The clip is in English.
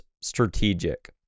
strategic